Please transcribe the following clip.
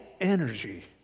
energy